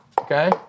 okay